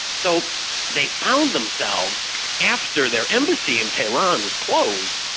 so they found themselves after their embassy in tehran was closed,